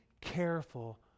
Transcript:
careful